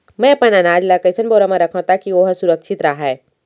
मैं अपन अनाज ला कइसन बोरा म रखव ताकी ओहा सुरक्षित राहय?